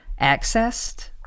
accessed